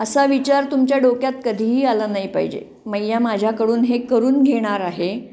असा विचार तुमच्या डोक्यात कधीही आला नाही पाहिजे मैया माझ्याकडून हे करून घेणार आहे